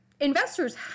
investors